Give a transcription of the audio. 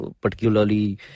particularly